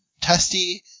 testy